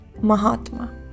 Mahatma